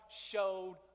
showed